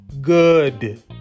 good